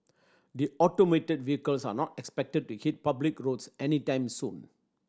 the automated vehicles are not expected to hit public roads anytime soon